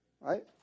Right